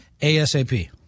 ASAP